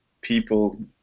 people